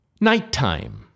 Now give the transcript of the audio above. Nighttime